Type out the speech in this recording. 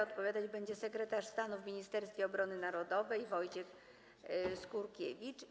Odpowiadać będzie sekretarz stanu w Ministerstwie Obrony Narodowej Wojciech Skurkiewicz.